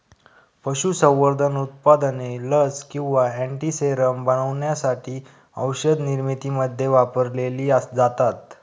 पशुसंवर्धन उत्पादने लस किंवा अँटीसेरम बनवण्यासाठी औषधनिर्मितीमध्ये वापरलेली जातात